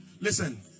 Listen